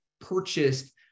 purchased